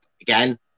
again